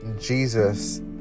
Jesus